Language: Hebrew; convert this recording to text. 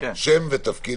אני ממשרד